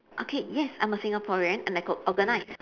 okay yes I'm a Singaporean and I got organise